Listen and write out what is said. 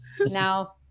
Now